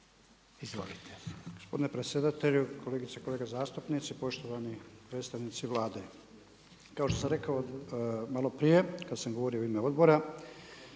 Izvolite.